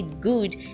good